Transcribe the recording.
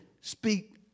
speak